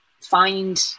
find